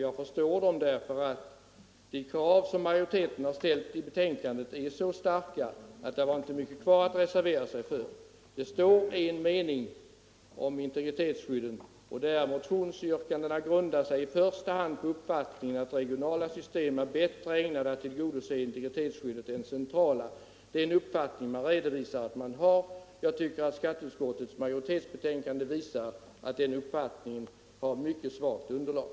Jag förstår dem, eftersom de krav som majoriteten har ställt i betänkandet är så starka att det inte är mycket kvar att reservera sig för. Det står i en mening om integritetsskyddet att motionsyrkandena i första hand grundar sig på den uppfattningen att regionala system är bättre ägnade att tillgodose integritetsskyddet än centrala. Jag tycker att skatteutskottets majoritet visar att den uppfattningen har mycket svagt underlag.